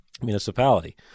Municipality